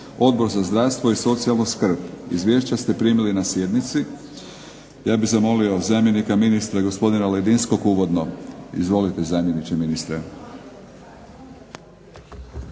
Odbor za zdravstvo i socijalnu skrb. Izvješća ste primili na sjednici. Ja bi zamolio zamjenika ministra, gospodina Ledinskog uvodno. Izvolite zamjeniče ministra.